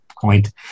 point